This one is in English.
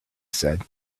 said